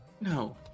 no